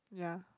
ya